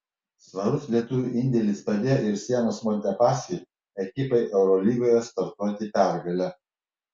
svarus lietuvių indėlis padėjo ir sienos montepaschi ekipai eurolygoje startuoti pergale